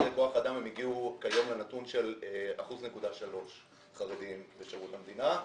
כוח אדם הם הגיעו כיום לנתון של 1.3 אחוז חרדים בשירות המדינה.